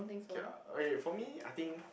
ok lah ok for me I think